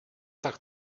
tak